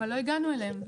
אבל לא הגענו אליהם.